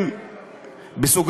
2(1)